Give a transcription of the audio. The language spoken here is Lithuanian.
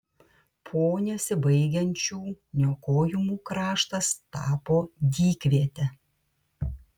po nesibaigiančių niokojimų kraštas tapo dykviete